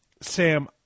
Sam